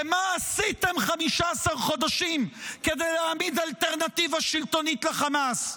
כי מה עשיתם 15 חודשים כדי להעמיד אלטרנטיבה שלטונית לחמאס?